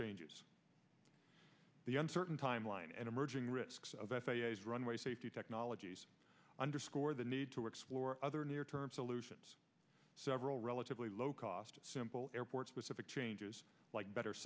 changes the uncertain timeline and emerging risks of f a s runway safety technologies underscore the need to explore other near term solutions several relatively low cost simple airport specific changes like better